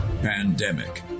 Pandemic